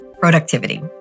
productivity